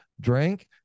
drink